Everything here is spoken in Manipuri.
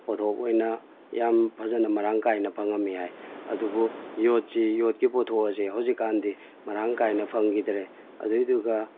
ꯄꯣꯊꯣꯛ ꯑꯣꯏꯅ ꯌꯥꯝ ꯐꯖꯅ ꯃꯔꯥꯡ ꯀꯥꯏꯅ ꯐꯪꯉꯝꯃꯤ ꯍꯥꯏ ꯑꯗꯨꯕꯨ ꯌꯣꯠꯁꯤ ꯌꯣꯠꯀꯤ ꯄꯣꯊꯣꯛ ꯑꯁꯤ ꯍꯧꯖꯤꯛꯀꯥꯟꯗꯤ ꯃꯔꯥꯡ ꯀꯥꯏꯅ ꯐꯪꯈꯤꯗ꯭ꯔꯦ ꯑꯗꯨꯏꯗꯨꯒ